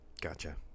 Gotcha